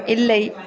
இல்லை